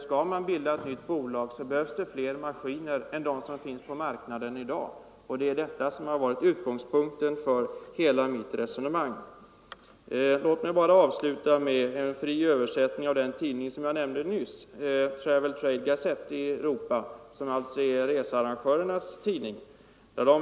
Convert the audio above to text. Skulle ett nytt bolag bildas, behövs fler maskiner än som finns på marknaden i dag. Detta har varit utgångspunkten för hela mitt resonemang. Låt mig avsluta med att återge en mening i fri översättning ur den tidning som jag nämnde nyss, nämligen Travel Trade Gazette.